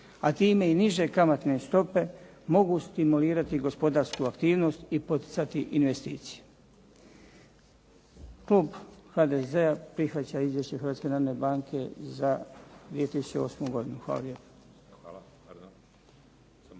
a time i niže kamatne stope mogu stimulirati gospodarsku aktivnost i poticati investicije. Klub HDZ-a prihvaća Izvješće Hrvatske narodne banke